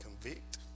convict